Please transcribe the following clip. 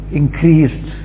increased